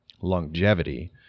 longevity